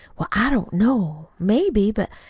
well, i don't know maybe but,